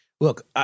Look